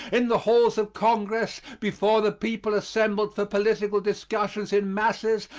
in the halls of congress, before the people assembled for political discussion in masses,